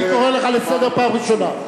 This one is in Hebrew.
אני קורא אותך לסדר פעם ראשונה.